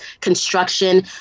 construction